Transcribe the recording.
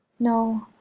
no,